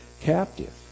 captive